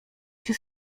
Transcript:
się